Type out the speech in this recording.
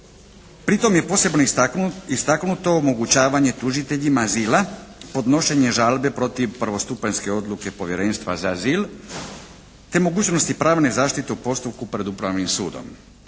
Pritom je posebno istaknuto omogućavanje tužiteljima azila podnošenje žalbe protiv prvostupanjske odluke Povjerenstva za azil te mogućnosti pravne zaštite u postupku pred Upravnim sudom.